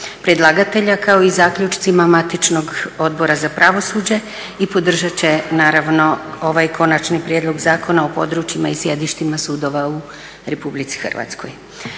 predlagatelja kao i zaključcima matičnog Odbora za pravosuđe i podržat će naravno ovaj Konačni prijedlog Zakona o područjima i sjedištima sudova u RH. Kao